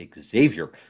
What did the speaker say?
Xavier